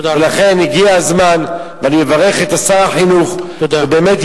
לכן הגיע הזמן, ואני מברך את שר החינוך, תודה רבה.